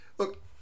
Look